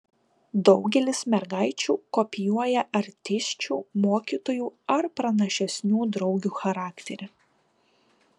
daugelis mergaičių kopijuoja artisčių mokytojų ar pranašesnių draugių charakterį